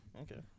Okay